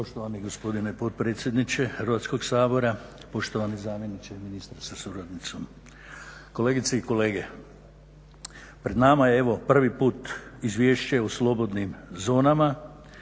Poštovani gospodine potpredsjedniče Hrvatskog sabora, poštovani zamjeniče ministra sa suradnicom, kolegice i kolege. Pred nama je evo prvi put Izvješće o slobodnim zonama